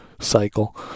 cycle